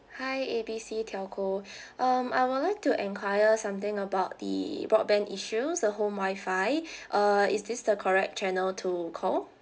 hi A B C telco um I would like to enquire something about the broadband issues the home wi-fi uh is this the correct channel to call